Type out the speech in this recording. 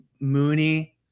Mooney